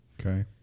Okay